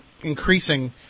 increasing